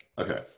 Okay